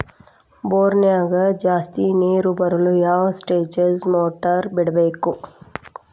ಬೋರಿನ್ಯಾಗ ಜಾಸ್ತಿ ನೇರು ಬರಲು ಯಾವ ಸ್ಟೇಜ್ ಮೋಟಾರ್ ಬಿಡಬೇಕು?